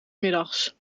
middags